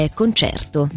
concerto